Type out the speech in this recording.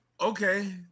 Okay